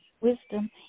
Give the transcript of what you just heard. wisdom